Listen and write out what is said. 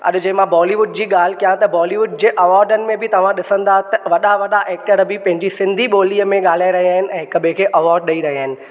अॼु जे मां बॉलीवुड जी ॻाल्हि कयां त बॉलीवुड जे अवॉर्डनि में बि तव्हां ॾिसंदा त वॾा वॾा एक्टर बि पंहिंजी सिन्धी ॿोलीअ में ॻाल्हाए रहिया आहिनि ऐं हिकु ॿिए खे अवॉर्ड ॾेई रहिया आहिनि